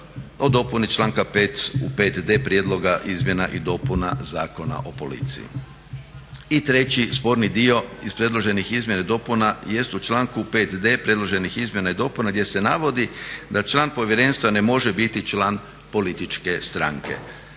o dopuni članka 5. u 5.d Prijedloga izmjena i dopuna Zakona o policiji. I treći sporni dio iz predloženih izmjena i dopuna jest u članku 5.d predloženih izmjena i dopuna gdje se navodi da član povjerenstva ne može biti član političke stranke.